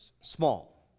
small